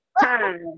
time